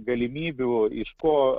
galimybių iš ko